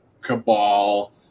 Cabal